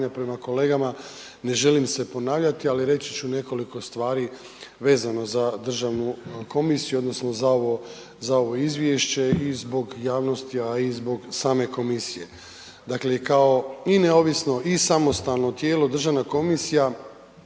prema kolegama ne želim se ponavljati, ali reći ću nekoliko stvari vezano za državnu komisiju odnosno za ovo, za ovo izvješće i zbog javnosti, a i zbog same komisije. Dakle i kao i neovisno i samostalno tijelo državna komisija